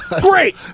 Great